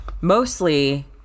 Mostly